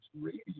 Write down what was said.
Radio